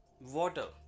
water